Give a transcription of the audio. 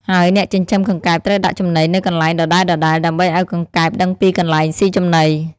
ហើយអ្នកចិញ្ចឹមកង្កែបត្រូវដាក់ចំណីនៅកន្លែងដដែលៗ ដើម្បីឲ្យកង្កែបដឹងពីកន្លែងស៊ីចំណី។